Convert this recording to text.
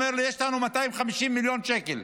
הוא אומר לי: יש לנו 250 מיליון שקל,